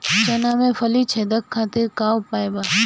चना में फली छेदक खातिर का उपाय बा?